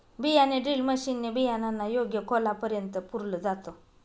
बियाणे drill machine ने बियाणांना योग्य खोलापर्यंत पुरल जात